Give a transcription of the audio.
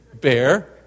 bear